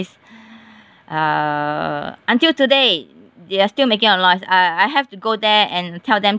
uh until today they are still making a lot of noise uh I have to go there and tell them